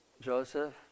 Joseph